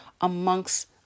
amongst